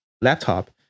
laptop